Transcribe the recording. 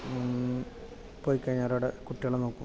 പോയികഴിഞ്ഞാലും അവിടെ കുട്ടികളെ നോക്കും